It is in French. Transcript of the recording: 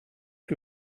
que